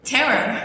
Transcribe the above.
Terror